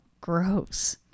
gross